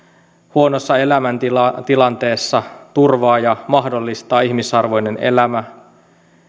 huonossa elämäntilanteessa turvaa ja mahdollistaa ihmisarvoinen elämä